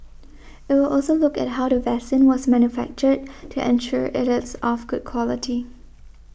it will also look at how the vaccine was manufactured to ensure it is of good quality